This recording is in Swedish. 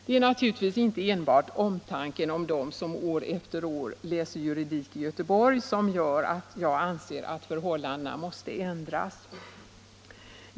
Det är naturligtvis inte enbart omtanken om dem som år efter år läser juridik i Göteborg som gör att jag anser att förhållandena måste ändras.